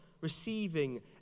receiving